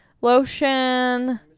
lotion